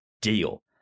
deal